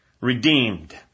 redeemed